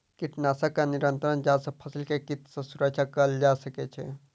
कीटनाशक आ निरंतर जांच सॅ फसिल के कीट सॅ सुरक्षा कयल जा सकै छै